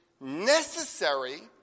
necessary